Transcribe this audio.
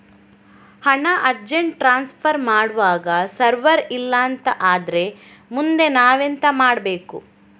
ಹಣ urgent transfer ಮಾಡ್ವಾಗ server ಇಲ್ಲಾಂತ ಆದ್ರೆ ಮುಂದೆ ನಾವೆಂತ ಮಾಡ್ಬೇಕು?